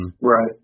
Right